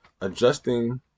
Adjusting